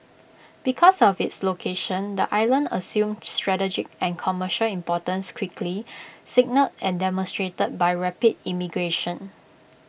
because of its location the island assumed strategic and commercial importance quickly signalled and demonstrated by rapid immigration